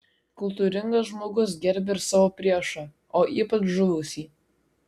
kultūringas žmogus gerbia ir savo priešą o ypač žuvusį